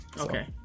Okay